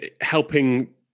helping